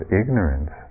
ignorance